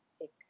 take